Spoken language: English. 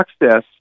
access